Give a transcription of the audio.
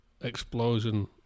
explosion